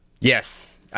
Yes